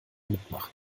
mitmachen